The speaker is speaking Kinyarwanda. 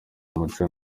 umuco